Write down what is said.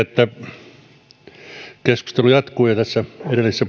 että keskustelu jatkuu ja tässä edellisessä